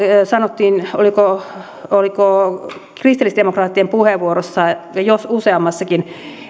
sanottiin oliko oliko kristillisdemokraattien puheenvuorossa vai useammassakin